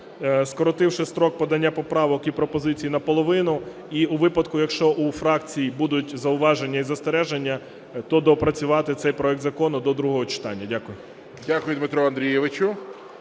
скоротивши строк подання поправок і пропозицій наполовину. І у випадку якщо у фракції будуть зауваження і застереження, то доопрацювати цей проект закону до другого читання. Дякую. ГОЛОВУЮЧИЙ. Дякую, Дмитре Андрійовичу.